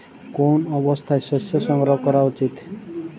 কোন অবস্থায় শস্য সংগ্রহ করা উচিৎ?